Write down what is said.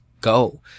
go